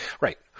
Right